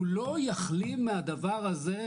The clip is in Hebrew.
הוא לא יחלים מהדבר הזה,